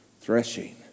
threshing